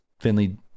Finley